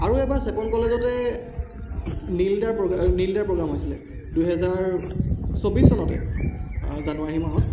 আৰু এবাৰ চেপন কলেজতে নীল দাৰ প্ৰ নীল দাৰ প্ৰ'গ্ৰেম হৈছিলে দুহেজাৰ চৌব্বিছ চনতে জানুৱাৰী মাহত